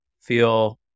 feel